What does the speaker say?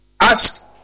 Ask